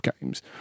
games